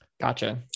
Gotcha